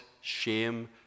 shame